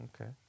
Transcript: Okay